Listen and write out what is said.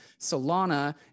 Solana